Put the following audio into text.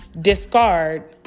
discard